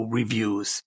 reviews